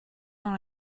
dans